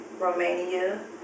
Romania